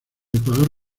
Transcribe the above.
ecuador